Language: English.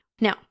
Now